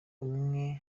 umwe